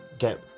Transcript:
get